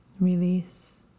Release